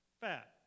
fat